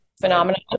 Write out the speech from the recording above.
phenomenon